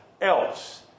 else